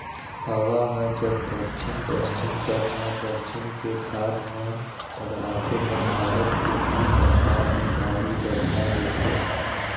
हवा ह जब दक्छिन पस्चिम तट म पश्चिम के घाट म टकराथे त भारत के तीर तखार म भारी बरसा होथे